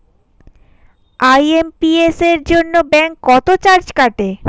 IMPS এর জন্য bank কত চার্জ কাটে?